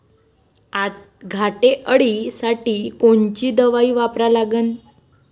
घाटे अळी साठी कोनची दवाई वापरा लागन?